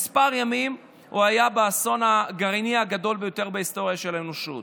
ימים הוא היה באסון הגרעיני הגדול ביותר בהיסטוריה של האנושות.